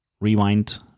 rewind